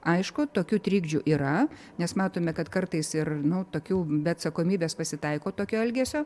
aišku tokių trikdžių yra nes matome kad kartais ir nu tokių be atsakomybės pasitaiko tokio elgesio